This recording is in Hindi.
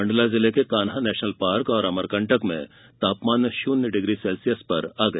मंडला जिले के कान्हा नेशनल पार्क और अमरकंटक में तापमान शून्य डिग्री सेल्सियस पर आ गया